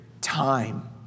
time